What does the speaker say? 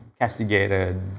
castigated